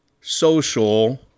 social